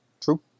true